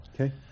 Okay